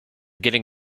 getting